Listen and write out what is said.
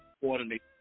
coordinate